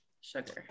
sugar